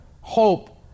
hope